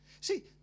See